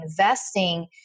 investing